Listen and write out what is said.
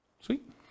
Sweet